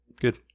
Good